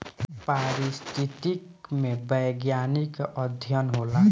पारिस्थितिकी में वैज्ञानिक अध्ययन होला